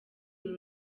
uru